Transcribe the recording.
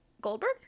Goldberg